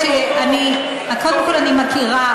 אני מכירה,